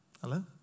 Hello